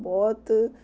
ਬਹੁਤ